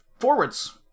forwards